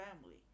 family